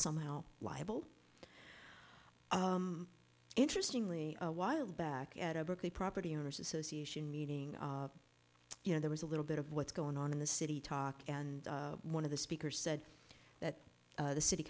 somehow liable interesting lee a while back at a berkeley property owners association meeting you know there was a little bit of what's going on in the city talk and one of the speaker said that the city